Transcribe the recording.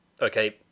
Okay